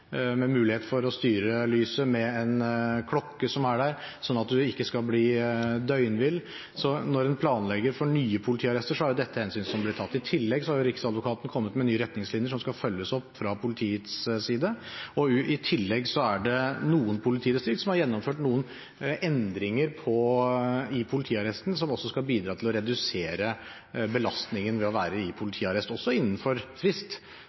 med mulighet for å styre lyset, med en klokke som er der så man ikke skal bli døgnvill. Så når en planlegger for nye politiarrester, er dette hensyn som blir tatt. I tillegg har Riksadvokaten kommet med nye retningslinjer som skal følges opp fra politiets side, og i tillegg er det noen politidistrikt som har gjennomført noen endringer i politiarresten som også skal bidra til å redusere belastningen ved å være i politiarrest – også innenfor frist.